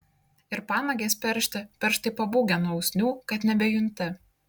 ir panagės peršti pirštai pabūgę nuo usnių kad nebejunti